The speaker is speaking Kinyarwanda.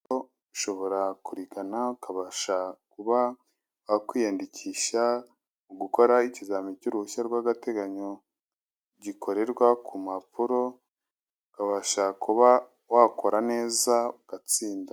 Ushobora kurigana, ukabasha kuba wakwiyandikisha, mu gukora ikizamini cy'uruhushya rw'agateganyo, gikorerwa ku mpapuro, ukabasha kuba wakora neza ugatsinda.